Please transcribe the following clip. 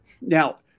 Now